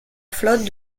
flotte